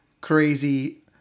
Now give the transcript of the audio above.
crazy